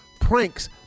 pranks